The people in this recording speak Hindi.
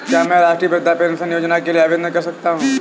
क्या मैं राष्ट्रीय वृद्धावस्था पेंशन योजना के लिए आवेदन कर सकता हूँ?